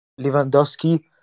Lewandowski